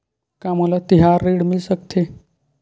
का मोला तिहार ऋण मिल सकथे?